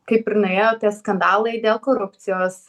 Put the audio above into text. kaip ir nuėjo tie skandalai dėl korupcijos